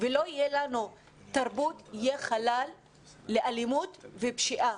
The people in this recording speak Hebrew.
ולא תהיה לנו תרבות, יהיה חלל לאלימות ופשיעה.